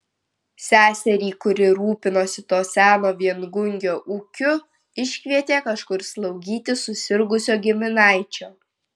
seserį kuri rūpinosi to seno viengungio ūkiu iškvietė kažkur slaugyti susirgusio giminaičio